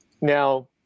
Now